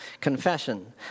Confession